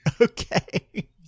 Okay